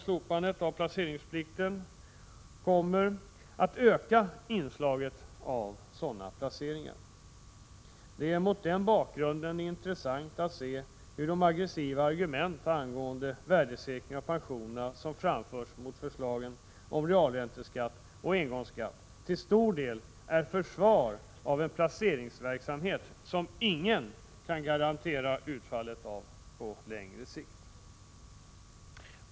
Slopandet av placeringsplikten kommer att öka inslaget av sådana placeringar. Det är mot den bakgrunden intressant att se hur de aggressiva argumenten angående värdesäkringen av pensionerna då det gäller förslagen om realränteskatt och engångsskatt till stor del anförs som försvar för en placeringsverksamhet som ingen kan garantera utfallet av på längre sikt.